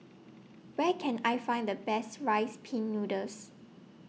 Where Can I Find The Best Rice Pin Noodles